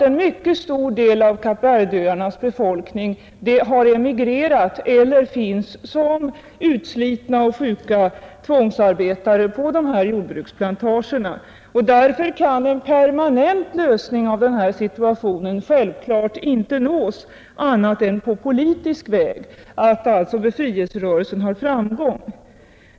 En mycket stor del av Kap Verdeöarnas befolkning emigrerar eller finns som utslitna och sjuka tvångsarbetare på dessa jordbruksplantager. Därför kan en permanent lösning av denna situation självklart inte nås annat än på politisk väg, alltså genom befrielserörelsens framgång.